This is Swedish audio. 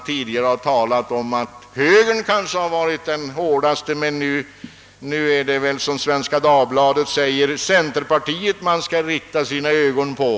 Tidigare har det talats om att högern gått hårdast fram, men nu är det, som Svenska Dagbladet säger, centerpartiet som man bör rikta sina ögon på.